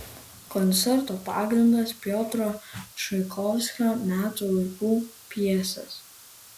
koncerto pagrindas piotro čaikovskio metų laikų pjesės